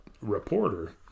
reporter